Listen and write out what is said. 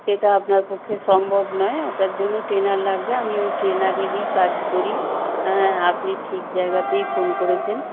সেটা আপনার পক্ষে সম্ভব নয় ওটার জন্য ট্রেনার লাগবে আমি ওই ট্রেনারেরই কাজ করি হ্যাঁ আপনি ঠিক জায়গাতেই ফোন করেছেন